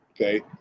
okay